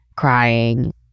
Crying